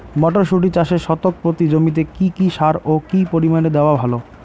মটরশুটি চাষে শতক প্রতি জমিতে কী কী সার ও কী পরিমাণে দেওয়া ভালো?